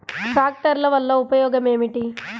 ట్రాక్టర్ల వల్ల ఉపయోగం ఏమిటీ?